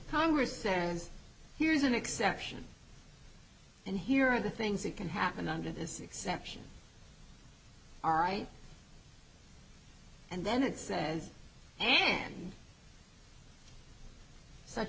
congress says here's an exception and here are the things that can happen under this exception all right and then it says and such